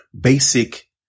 basic